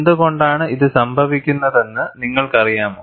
എന്തുകൊണ്ടാണ് ഇത് സംഭവിക്കുന്നതെന്ന് നിങ്ങൾക്കറിയാമോ